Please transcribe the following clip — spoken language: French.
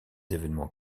évènements